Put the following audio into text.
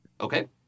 Okay